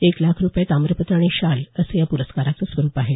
एक लाख रुपये ताम्रपत्र आणि शाल असं या पुरस्काराचं स्वरूप आहे